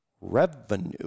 revenue